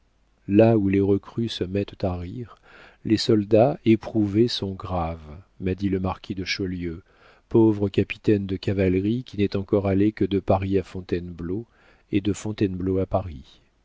là où les recrues se mettent à rire les soldats éprouvés sont graves m'a dit le marquis de chaulieu pauvre capitaine de cavalerie qui n'est encore allé que de paris à fontainebleau et de fontainebleau à paris